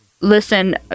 listen